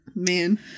man